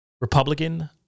Republican